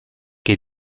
che